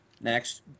Next